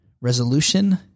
resolution